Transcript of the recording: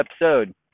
episode